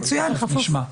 תכף נשמע.